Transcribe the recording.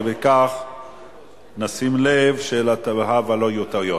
ונא לשים לב שלהבא לא יהיו טעויות.